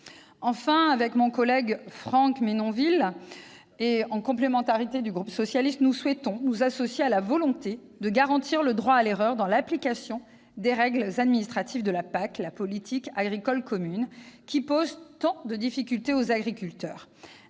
Enfin, avec mon collègue Franck Menonville et en complémentarité avec le groupe socialiste et républicain, nous souhaitons nous associer à la volonté de garantir le droit à l'erreur dans l'application des règles administratives de la PAC, la politique agricole commune, qui posent tant de difficultés aux agriculteurs,